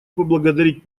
поблагодарить